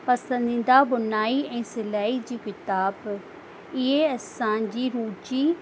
पसंदीदा बुनाई ऐं सिलाई जी किताब इहे असांजी रूचि